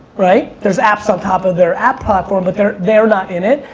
right? there's apps on top of their app platform but they're they're not in it.